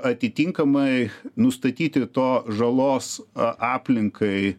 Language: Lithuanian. atitinkamai nustatyti to žalos a aplinkai